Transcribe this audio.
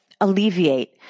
alleviate